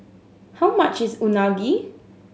how much is Unagi